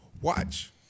watch